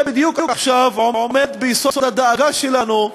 בדיוק עומד ביסוד הדאגה שלנו עכשיו,